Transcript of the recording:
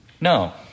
No